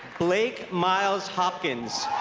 blake myles hopkins